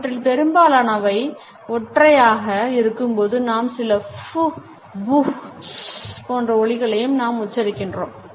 இவற்றில் பெரும்பாலானவை ஒற்றையாக இருக்கும் போது நாம் சில pooh booh tz tz போன்ற ஒலிகளையும் நாம்உச்சரிக்கின்றோம்